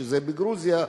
שזה בגרוזיה,